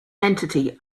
entity